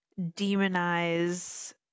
demonize